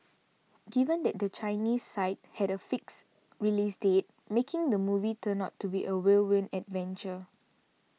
given that the Chinese side had a fixed release date making the movie turned out to be a whirlwind adventure